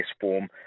form